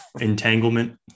Entanglement